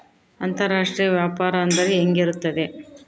ಅಂತರಾಷ್ಟ್ರೇಯ ವ್ಯಾಪಾರ ಅಂದರೆ ಹೆಂಗೆ ಇರುತ್ತದೆ?